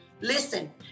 listen